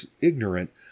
ignorant